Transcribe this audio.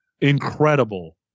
incredible